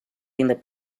holding